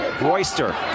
Royster